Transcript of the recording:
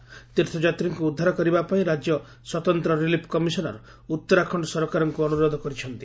ଏହି ତୀର୍ଥଯାତ୍ରୀଙ୍କୁ ଉଦ୍ଧାର କରିବା ପାଇଁ ରାଜ୍ୟ ସ୍ୱତନ୍ତ ରିଲିଫ କମିଶନର ଉତରାଖଣ୍ତ ସରକାରଙ୍କୁ ଅନୁରୋଧ କରିଛନ୍ତି